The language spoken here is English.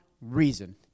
reason